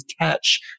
catch